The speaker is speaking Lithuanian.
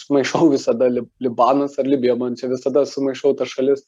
sumaišau visada libanas ar libija man čia visada sumaišau tas šalis